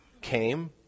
came